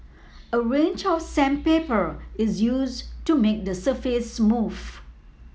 a range of sandpaper is used to make the surface smooth